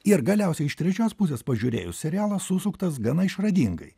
ir galiausiai iš trečios pusės pažiūrėjus serialas susuktas gana išradingai